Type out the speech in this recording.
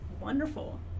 wonderful